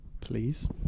Please